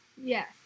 Yes